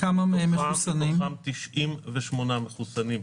מתוכם 98 מחוסנים.